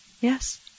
yes